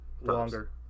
Longer